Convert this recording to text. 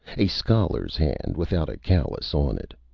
a scholar's hand, without a callous on it.